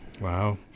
Wow